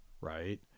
right